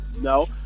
No